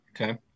Okay